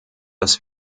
dass